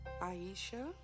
Aisha